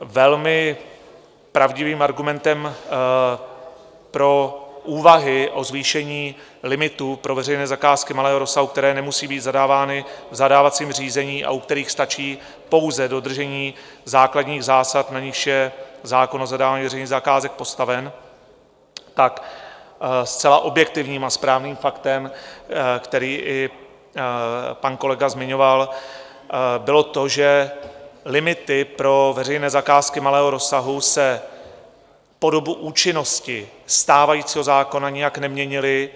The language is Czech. Velmi pravdivým argumentem pro úvahy o zvýšení limitů pro veřejné zakázky malého rozsahu, které nemusí být zadávány v zadávacím řízení a u kterých stačí pouze dodržení základních zásad, na nichž je zákon o zadávání veřejných zakázek postaven, tak zcela objektivním a správným faktem, který i pan kolega zmiňoval, bylo to, že limity pro veřejné zakázky malého rozsahu se po dobu účinnosti stávajícího zákona nijak neměnily.